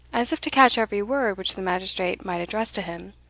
as if to catch every word which the magistrate might address to him.